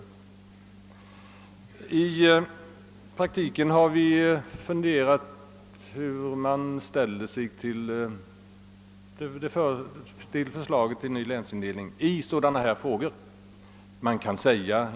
Vi har funderat över hur man i praktiken ställer sig till sådana frågor i det förefintliga förslaget till ny länsindelning.